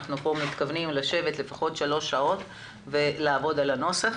אנחנו מתכוונים לשבת פה לפחות שלוש שעות ולעבוד על הנוסח.